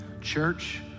Church